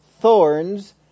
thorns